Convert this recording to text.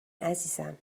عزیزم